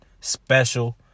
special